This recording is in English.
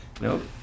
Nope